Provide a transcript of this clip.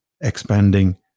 expanding